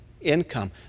income